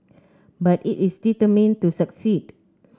but it is determined to succeed